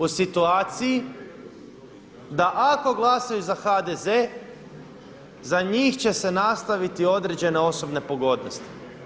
U situaciji da ako glasaju za HDZ za njih će se nastaviti određene osobne pogodnosti.